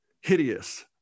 hideous